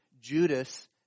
Judas